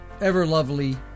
ever-lovely